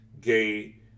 gay